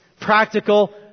practical